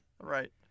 Right